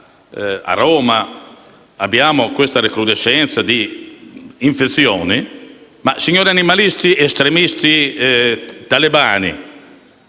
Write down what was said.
a Roma abbiamo questa recrudescenza di infezioni, signori animalisti, estremisti talebani,